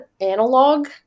analog